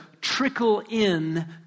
trickle-in